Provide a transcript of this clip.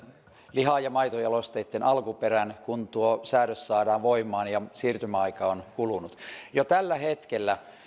liha ja maitojalosteitten alkuperän kun tuo säädös saadaan voimaan ja siirtymäaika on kulunut jo tällä hetkellä